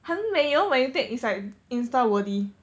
很美 lor when you take it's like insta worthy